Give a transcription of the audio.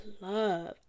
love